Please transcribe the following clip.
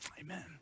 amen